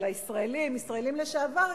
אלא ישראלים לשעבר,